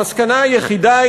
המסקנה היחידה,